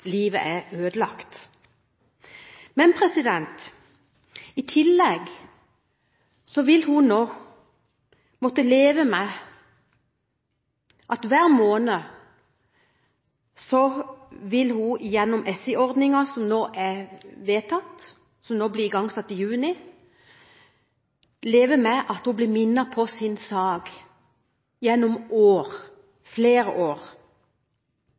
Livet er ødelagt. Men i tillegg vil Kari nå måtte leve med at hver måned vil hun gjennom SI-ordningen som nå er vedtatt og blir iverksatt i juni, bli minnet på sin sak gjennom år, flere år.